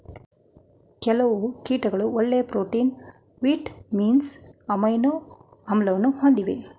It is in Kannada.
ಕೆಲವು ಕೀಟಗಳು ಒಳ್ಳೆಯ ಪ್ರೋಟೀನ್, ವಿಟಮಿನ್ಸ್, ಅಮೈನೊ ಆಮ್ಲವನ್ನು ಹೊಂದಿವೆ